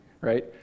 right